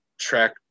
track